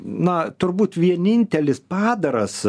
na turbūt vienintelis padaras